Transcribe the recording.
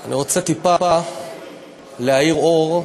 אני רוצה טיפה להאיר אור,